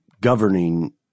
governing